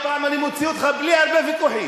יש אוטובוסים על חשבוני,